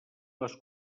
les